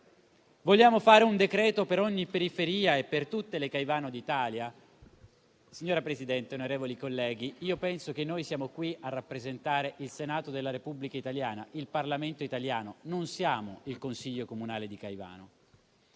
Vogliamo fare un decreto per ogni periferia e per tutte le Caivano d'Italia? Signora Presidente, onorevoli colleghi, penso che noi siamo qui a rappresentare il Senato della Repubblica italiana, il Parlamento italiano, non siamo il Consiglio comunale di Caivano.